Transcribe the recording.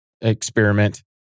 experiment